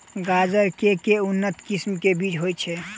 गाजर केँ के उन्नत किसिम केँ बीज होइ छैय?